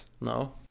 No